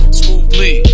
smoothly